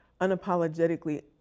unapologetically